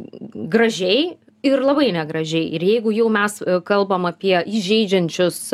gražiai ir labai negražiai ir jeigu jau mes kalbam apie įžeidžiančius